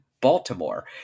baltimore